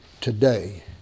today